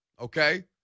Okay